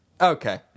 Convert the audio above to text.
Okay